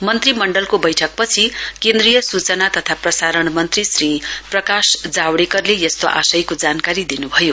मन्त्रीमण्डलको बैठक पछि केन्द्रीय सूचना तथा प्रसारण मन्त्री श्री प्रकाश जावडेकरले यस्तो आशयको जानकारी दिनुभयो